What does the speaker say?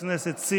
ועדת הכנסת,